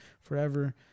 forever